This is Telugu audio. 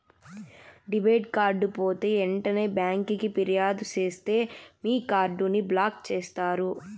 డెబిట్ కార్డు పోతే ఎంటనే బ్యాంకికి ఫిర్యాదు సేస్తే మీ కార్డుని బ్లాక్ చేస్తారు